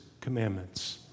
commandments